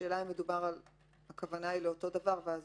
השאלה היא אם הכוונה היא לאותו דבר ואז